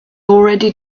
already